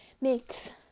makes